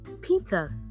Peters